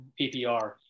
PPR